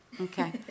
Okay